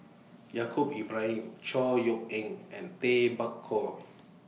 Yaacob Ibrahim Chor Yeok Eng and Tay Bak Koi